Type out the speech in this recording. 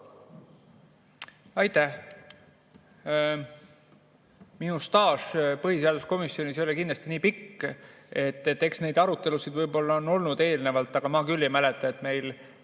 Aitäh! Minu staaž põhiseaduskomisjonis ei ole kindlasti nii pikk. Eks neid arutelusid on olnud eelnevalt, aga ma küll ei mäleta, et meil